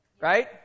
Right